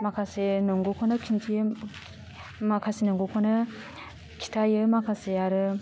माखासे नंगौखौनो खिन्थियो माखासे नंगौखौनो खिथायो माखासे आरो